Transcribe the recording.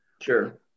Sure